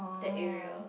that area